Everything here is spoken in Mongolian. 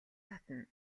татна